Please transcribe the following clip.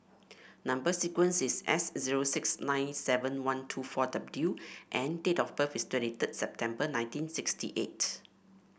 number sequence is S zero six nine seven one two four W and date of birth is twenty third September nineteen sixty eight